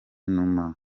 numa